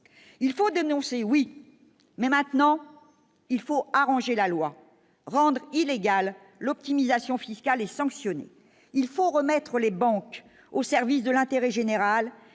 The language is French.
il faut dénoncer, oui, mais maintenant il faut arranger la loi rendent illégale l'optimisation fiscale et sanctionné, il faut remettre les banques au service de l'intérêt général,